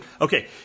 Okay